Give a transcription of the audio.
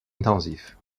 intensif